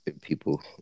people